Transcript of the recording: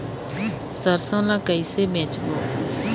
सरसो ला कइसे बेचबो?